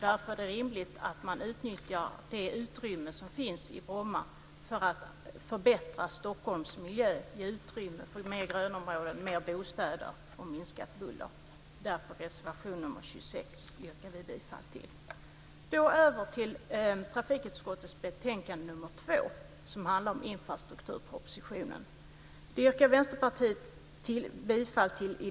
Därför är det rimligt att man utnyttjar det utrymme som finns i Bromma för att förbättra Stockholms miljö och ge utrymme för mer grönområden, mer bostäder och minskat buller. Därför yrkar vi bifall till reservation Då går jag över till trafikutskottets betänkande nr 2, som handlar om infrastrukturpropositionen.